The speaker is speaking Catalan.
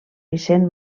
vicent